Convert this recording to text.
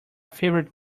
favorite